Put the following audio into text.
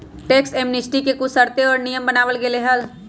tax amnesty के कुछ शर्तें और नियम बनावल गयले है